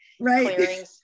right